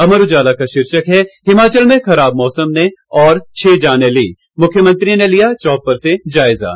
अमर उजाला का शीर्षक है हिमाचल में खराब मौसम ने और छह जानें ली मुख्यमंत्री ने लिया चौपर से जायजा